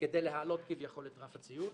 כדי להעלות כביכול את רף הציון,